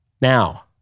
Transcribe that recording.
Now